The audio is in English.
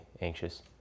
anxious